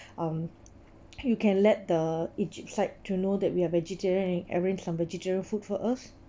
um you can let the egypt side to know that we are vegetarian and arrange some vegetarian food for us